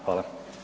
Hvala.